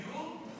גיור?